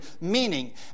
meaning